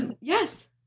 Yes